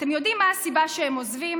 אתם יודעים מה הסיבה שהם עוזבים?